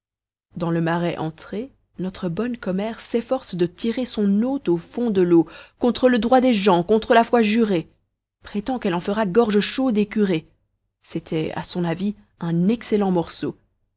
dans le marais entrés notre bonne commère s'efforce de tirer son hôte au fond de l'eau contre le droit des gens contre la foi jurée prétend qu'elle en fera gorge-chaude et curée c'était à son avis un excellent morceau